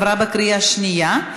התקבלה בקריאה שנייה,